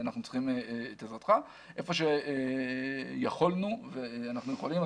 היכן שיכולנו ואנחנו יכולים,